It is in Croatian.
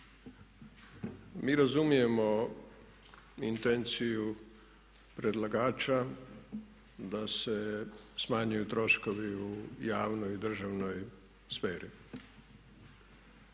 Mi razumijemo intenciju predlagača da se smanjuju troškovi u javnoj i državnoj sferi.